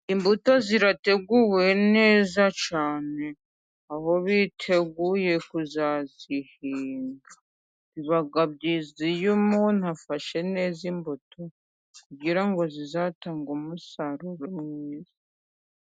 Imbuto zirateguwe neza cyane，aho biteguye kuzazihinga. Biba byiza iyo umuntu afashe neza imbuto， kugira ngo zizatange umusaruro mwiza.